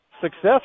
success